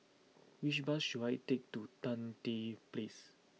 which bus should I take to Tan Tye Place